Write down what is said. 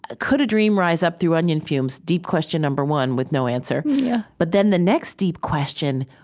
ah could a dream rise up through onion fumes? deep question number one with no answer yeah but then the next deep question,